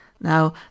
Now